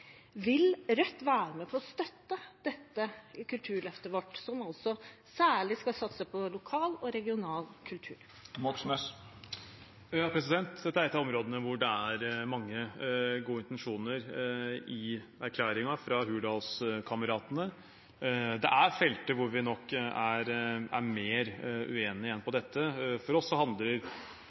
Vil Rødt være med på å støtte kulturløftet vårt, som særlig skal satse på lokal og regional kultur? Dette er et av områdene hvor det er mange gode intensjoner i erklæringen fra Hurdalskameratene. Det er felter hvor vi nok er mer uenige enn på dette. For oss handler